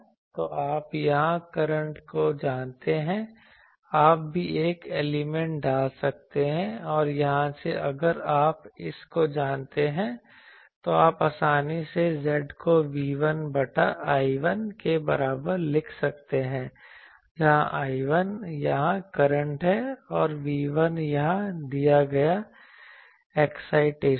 तो आप यहाँ करंट को जानते हैं आप भी एक एलिमेंट डाल सकते हैं और यहाँ से अगर आप इस को जानते हैं तो आप आसानी से Z को V1 बटा I1 के बराबर लिख सकते हैं जहाँ I1 यहाँ करंट है और V1 यहाँ दिया गया एक्साइटेशन है